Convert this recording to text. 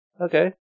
Okay